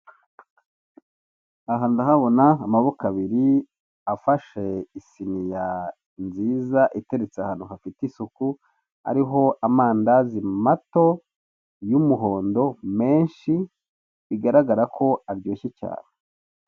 Aha ndahabona amaboko abiri afashe isiniya nziza iteretse ahantu hafite isuku, ariho amandazi mato y'umuhondo menshi, bigaragara ko aryoshye cyane.